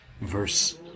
Verse